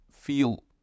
feel